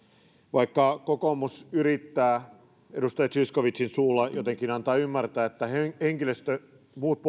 vaikka kokoomus yrittää edustaja zyskowiczin suulla jotenkin antaa ymmärtää että muut